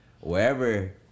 wherever